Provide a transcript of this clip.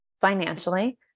financially